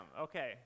Okay